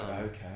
okay